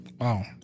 wow